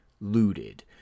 looted